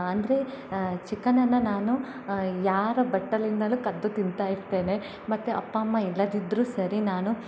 ಅಂದರೆ ಚಿಕನನ್ನ ನಾನು ಯಾರ ಬಟ್ಟಲಿಂದಲು ಕದ್ದು ತಿಂತಾ ಇರ್ತೇನೆ ಮತ್ತು ಅಪ್ಪ ಅಮ್ಮ ಇಲ್ಲದಿದ್ದರೂ ಸರಿ ನಾನು